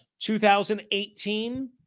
2018